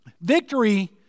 Victory